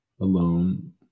alone